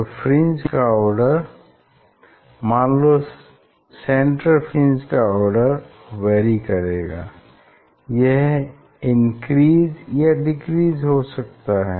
तो फ्रिंज का आर्डर मान लो सेंट्रल फ्रिंज का आर्डर वैरी करेगा यह इनक्रीज़ या डिक्रीज हो सकता है